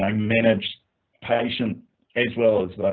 um manage patient as well. is that?